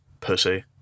pussy